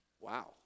Wow